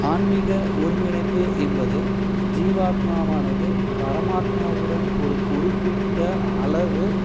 ஆன்மீக ஒருங்கிணைப்பு என்பது ஜீவாத்மாவானது பரமாத்மாவுடன் ஒரு குறிப்பிட்ட அளவு